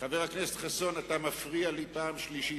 חבר הכנסת חסון, אתה מפריע לי כבר פעם שלישית.